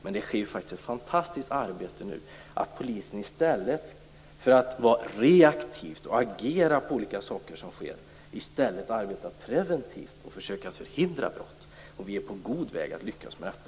Men det görs ett fantastiskt arbete nu så att polisen, i stället för att vara reaktiv och agera på olika saker som sker, arbetar preventivt och försöker hindra brott. Vi är på god väg att lyckas med detta.